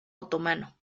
otomano